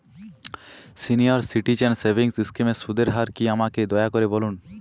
senior citizen savings স্কিমের সুদের হার কী আমাকে দয়া করে বলুন